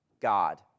God